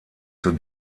zur